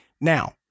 Now